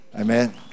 Amen